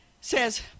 says